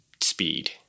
speed